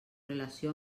relació